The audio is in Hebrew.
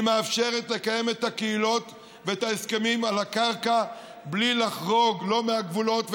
היא מאפשרת לקיים את הקהילות ואת ההסכמים על הקרקע בלי לחרוג מהגבולות,